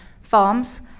farms